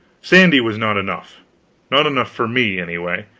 sandy was not enough not enough for me, anyway.